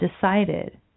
decided